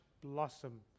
blossom